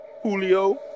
Julio